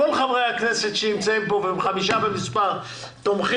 כל חברי הכנסת שנמצאים כאן והם חמישה, הצביעו בעד.